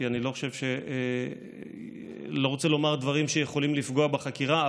כי אני לא רוצה לומר דברים שיכולים לפגוע בחקירה,